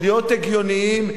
להיות הגיוניים,